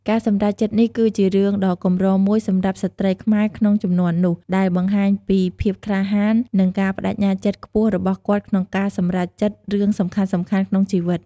ការសម្រេចចិត្តនេះគឺជារឿងដ៏កម្រមួយសម្រាប់ស្ត្រីខ្មែរក្នុងជំនាន់នោះ ដែលបង្ហាញពីភាពក្លាហាន និងការប្ដេជ្ញាចិត្តខ្ពស់របស់គាត់ក្នុងការសម្រេចចិត្តរឿងសំខាន់ៗក្នុងជីវិត។